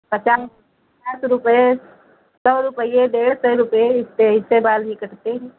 पचास पचास रुपये सौ रुपये डेढ़ सौ रुपये इस से इस से बाल ही कटते हैं